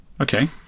okay